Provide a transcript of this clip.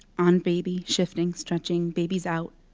on baby, shifting, stretching. baby's out.